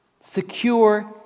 secure